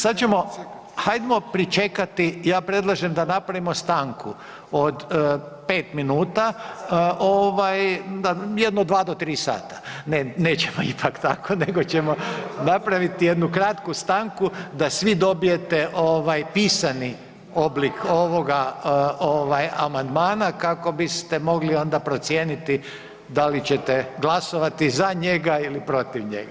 Sad ćemo, hajdmo pričekati, ja predlažem da napravimo stanku od 5 minuta, ovaj, jedno 2 do 3 sata, nećemo ipak tako nego ćemo napraviti jednu kratku stanku da svi dobijete pisani oblik ovoga ovaj, amandmana kako biste mogli onda procijenit da li ćete glasovati za njega ili protiv njega.